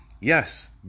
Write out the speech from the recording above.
Yes